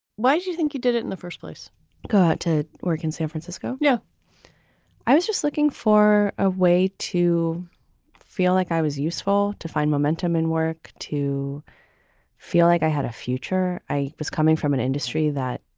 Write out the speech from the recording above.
why do you think he did it in the first place? got to work in san francisco. yeah i was just looking for a way to feel like i was useful to find momentum and work, to feel like i had a future. i was coming from an industry that,